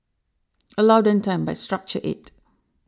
allow them time but structure it